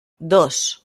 dos